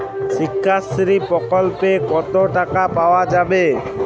শিক্ষাশ্রী প্রকল্পে কতো টাকা পাওয়া যাবে?